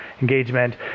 engagement